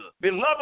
Beloved